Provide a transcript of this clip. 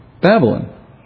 Babylon